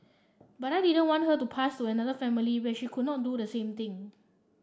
but I didn't want her to passed to another family where she could not do the same thing